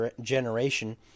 generation